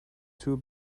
two